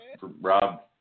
Rob